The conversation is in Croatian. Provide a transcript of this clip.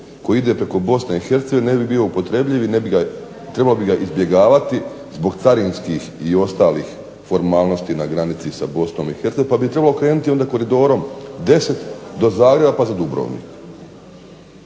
koji ide preko BiH ne bi bio upotrebljiv i trebalo bi ga izbjegavati zbog carinskih i ostalih formalnosti na granici sa BiH, pa bi trebalo krenuti koridorom 10 do Zagreba pa za Dubrovnik.